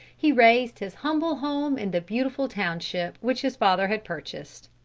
he raised his humble home in the beautiful township which his father had purchased.